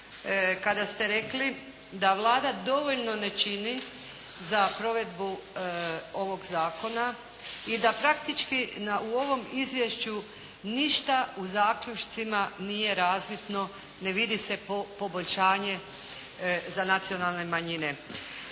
kada ste rekli da Vlada dovoljno ne čini za provedbu ovog zakona i da praktički u ovom izvješću ništa u zaključcima nije razvidno, ne vidi se poboljšanje za nacionalne manjine.